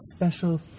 special